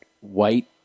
white